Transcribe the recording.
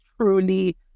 truly